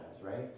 right